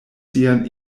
sian